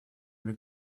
имя